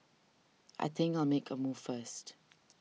I think I'll make a move first